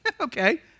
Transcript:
Okay